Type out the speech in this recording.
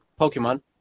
Pokemon